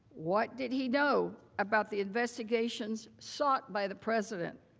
what did he know about the investigations sought by the president?